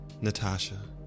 Natasha